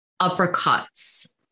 uppercuts